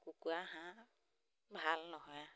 কুকুৰা হাঁহ ভাল নহয় আৰু